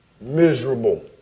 miserable